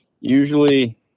usually